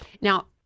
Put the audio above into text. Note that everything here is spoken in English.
Now